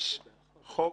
יש חוק